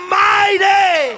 mighty